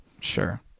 Sure